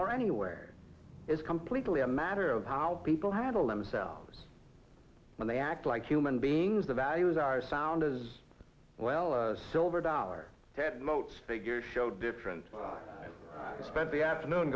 or anywhere is completely a matter of how people handle themselves when they act like human beings the values are sound as well a silver dollar ted moats figures show different side spent the afternoon